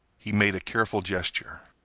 he made a careful gesture.